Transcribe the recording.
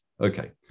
Okay